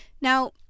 Now